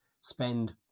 spend